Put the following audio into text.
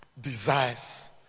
desires